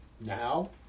now